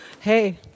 hey